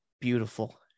beautiful